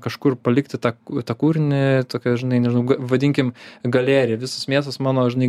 kažkur palikti tą tą kūrinį tokia žinai nežinau vadinkim galerija visas miestas mano žinai